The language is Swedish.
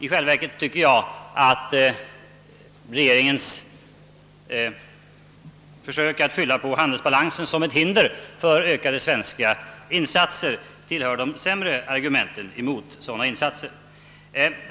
I själva verket tycker jag att regeringens försök att skylla på handelsbalansen som ett hinder för ökade svenska insatser tillhör de sämre argumenten mot sådana insatser.